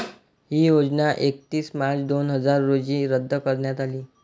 ही योजना एकतीस मार्च दोन हजार रोजी रद्द करण्यात आली